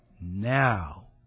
now